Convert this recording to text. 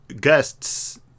guests